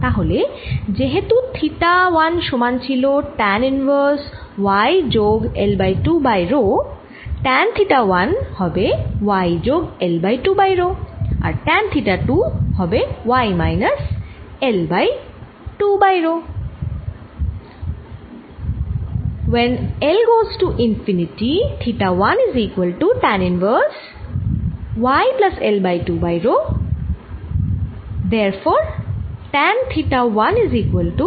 তাহলে যেহেতু থিটা 1 সমান ছিল ট্যান ইনভার্স y যোগ L by 2 by rho tan theta 1 হবে y যোগ L বাই 2 বাই রো আর ট্যান থিটা 2 হবে y minus L by 2 by rho